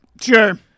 Sure